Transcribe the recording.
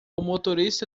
motorista